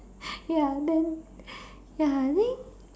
ya then then I think